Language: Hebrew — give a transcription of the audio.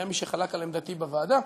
והיה מי שחלק על עמדתי בוועדה,